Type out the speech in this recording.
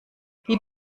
gib